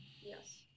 Yes